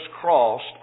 crossed